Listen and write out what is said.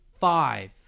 five